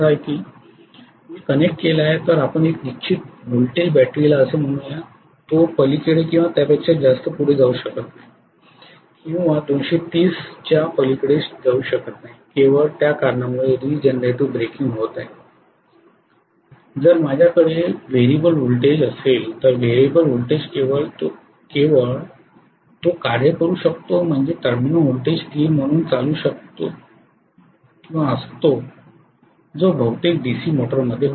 मी connect केले आहे तर आपण एका निश्चित व्होल्टेज बॅटरीला असे म्हणू या तो पलीकडे किंवा त्यापेक्षा जास्त पुढे जाऊ शकत नाही किंवा 230 च्या पलीकडे जाऊ शकत नाही केवळ त्या कारणामुळे रिजनरेटिव ब्रेकिंग होत आहे जर माझ्याकडे व्हेरिएबल व्होल्टेज असेल तर व्हेरिएबल व्होल्टेज केवळ तो कार्य करू शकतो म्हणजे टर्मिनल व्होल्टेज स्थिर म्हणून चालू असतो जो बहुतेक डीसी मोटरमध्ये होतो